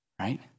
right